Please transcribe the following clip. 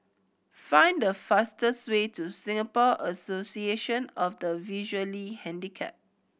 find the fastest way to Singapore Association of the Visually Handicapped